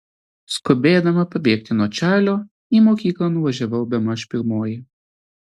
skubėdama pabėgti nuo čarlio į mokyklą nuvažiavau bemaž pirmoji